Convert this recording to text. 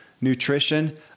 nutrition